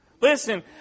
Listen